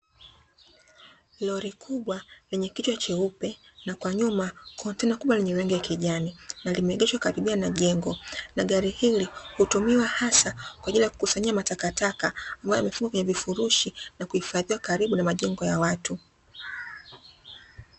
Lori kubwa lenye kichwa cheupe na kwa nyuma kontena kubwa lenye rangi ya kijani, na limeegeshwa karibia na jengo. Na gari hili hutumiwa hasa kwa ajili ya kukusanyia matakataka ambayo yamefungwa kwenye vifurushi na kuhifadhiwa karibu na majengo ya watu.